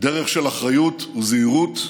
דרך של אחריות, זהירות,